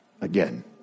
again